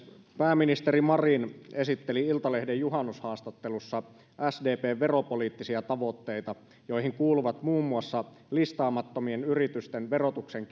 pääministeri marin esitteli iltalehden juhannushaastattelussa sdpn veropoliittisia tavoitteita joihin kuuluvat muun muassa listaamattomien yritysten verotuksen